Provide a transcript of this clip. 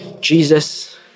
Jesus